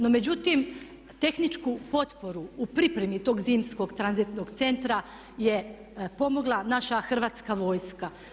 No međutim, tehničku potporu u pripremi tog zimskog tranzitnog centra je pomogla naša Hrvatska vojska.